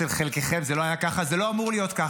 אצל חלקכם זה לא היה ככה, זה לא אמור להיות ככה.